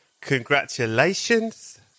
Congratulations